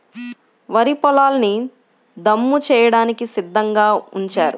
వరి పొలాల్ని దమ్ము చేయడానికి సిద్ధంగా ఉంచారు